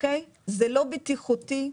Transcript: זה לא בטיחותי,